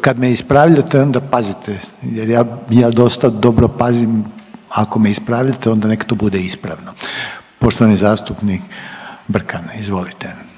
kad me ispravljajte onda pazite jer ja, ja dosta dobro pazim, a ako me ispravite onda nek to bude ispravo. Poštovani zastupnik Brkan, izvolite.